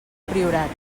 priorat